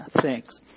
thanks